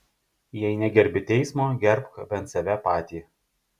jei negerbi teismo gerbk bent save patį